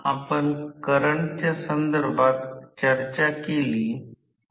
आणि जर ही शिडी संलग्न केली तर ते स्क्विरल केज सारखे दिसेल म्हणूनच हे चित्र घेतले आहे